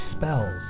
spells